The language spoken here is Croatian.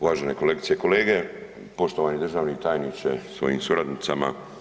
Uvažene kolegice i kolege, poštovani državni tajniče sa svojim suradnicama.